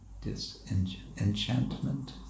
disenchantment